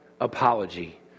apology